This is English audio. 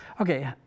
okay